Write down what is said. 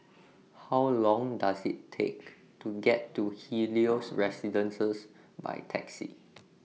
How Long Does IT Take to get to Helios Residences By Taxi